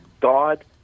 God